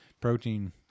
Protein